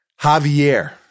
Javier